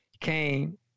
came